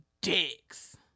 dicks